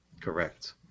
Correct